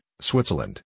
Switzerland